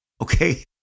Okay